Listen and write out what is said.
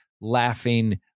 laughing